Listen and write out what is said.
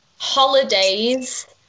holidays